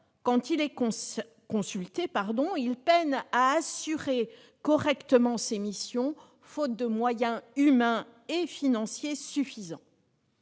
quand il est consulté, il peine à assurer correctement ses missions, faute de moyens humains et financiers suffisants.